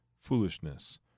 foolishness